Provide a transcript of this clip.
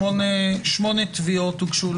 שמונה תביעות הוגשו